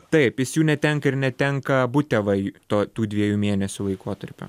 taip jis jų netenka ir netenka abu tėvai to tų dviejų mėnesių laikotarpio